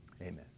Amen